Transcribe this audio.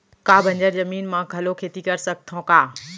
का बंजर जमीन म घलो खेती कर सकथन का?